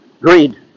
greed